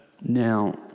Now